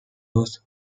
was